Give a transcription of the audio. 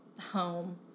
home